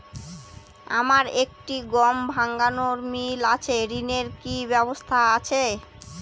আমার একটি গম ভাঙানোর মিল আছে ঋণের কি ব্যবস্থা আছে?